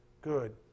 good